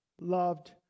loved